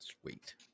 Sweet